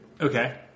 Okay